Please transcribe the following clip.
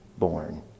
born